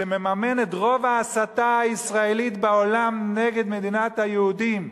שמממן את רוב ההסתה הישראלית בעולם נגד מדינת היהודים,